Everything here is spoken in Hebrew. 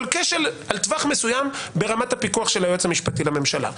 אבל כשל על טווח מסוים ברמת הפיקוח של היועץ המשפטי לממשלה.